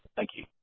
thank you.